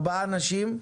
ארבעה אנשים,